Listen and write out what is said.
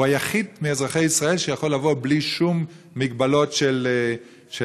הוא היחיד מאזרחי ישראל שיכול לבוא בלי שום הגבלות של משפחה,